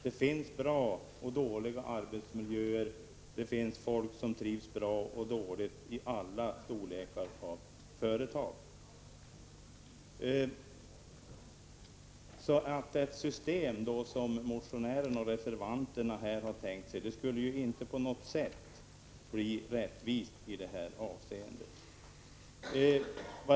Det finns bra och dåliga arbetsmiljöer och det finns folk som trivs bra och folk som trivs dåligt i alla företag oavsett storlek. Det system som motionärerna och reservanterna har tänkt sig skulle inte på något sätt bli rättvist i det här avseendet.